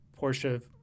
Porsche